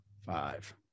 five